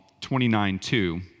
29.2